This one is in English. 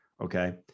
Okay